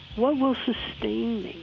what will sustain me?